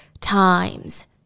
times